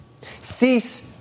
cease